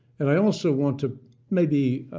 and i also want to maybe